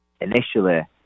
initially